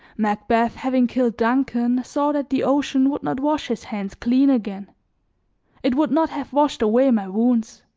macbeth having killed duncan saw that the ocean would not wash his hands clean again it would not have washed away my wounds.